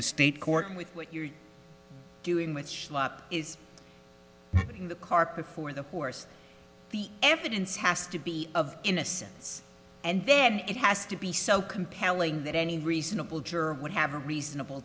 the state court with what you're doing which is the cart before the horse the evidence has to be of innocence and then it has to be so compelling that any reasonable juror would have a reasonable